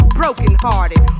brokenhearted